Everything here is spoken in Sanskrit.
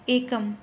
एकम्